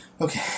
Okay